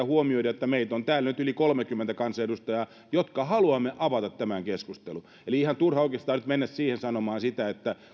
huomioida että meitä on täällä nyt yli kolmekymmentä kansanedustajaa jotka haluamme avata tämän keskustelun eli ihan turha oikeastaan on nyt mennä siihen sanomaan sitä